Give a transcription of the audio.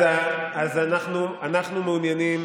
אז אנחנו מעוניינים